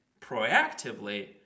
proactively